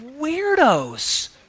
weirdos